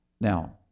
Now